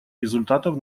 результатов